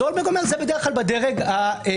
סולברג אומר שזה בדרך כלל בדרג המקצועי.